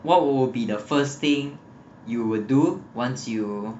what would be the first thing you will do once you